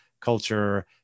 culture